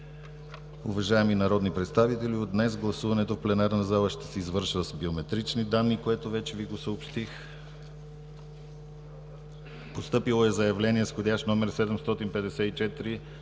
Уважаеми народни представители, от днес гласуването в пленарната зала ще се извършва с биометрични данни, което вече Ви съобщих. Постъпило е заявление с входящ №